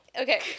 okay